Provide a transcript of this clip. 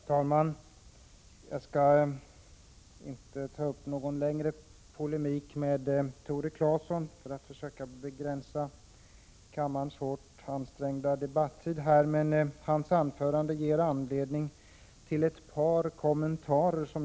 Herr talman! Jag skall inte gå in i någon längre polemik med Tore Claeson, utan försöka begränsa mitt inlägg med tanke på kammarens hårt ansträngda debattid. Tore Claessons anförande gav dock anledning till ett par kommentarer.